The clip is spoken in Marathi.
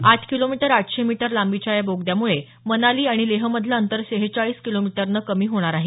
आठ किलोमीटर आठशे मीटर लांबीच्या या बोगद्यामुळे मनाली आणि लेहमधलं अंतर शेहेचाळीस किलोमीटरनं कमी होणार आहे